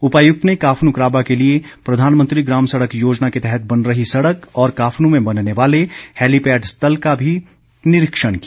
उपायुक्त ने काफनू क्राबा के लिए प्रधानमंत्री ग्राम सड़क योजना के तहत बन रही सड़क और काफनू में बनने वाले हैलीपैड स्थल का भी निरीक्षण किया